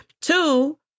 Two